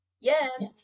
yes